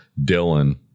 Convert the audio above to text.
dylan